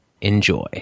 Enjoy